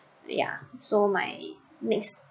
ya so my next